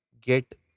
get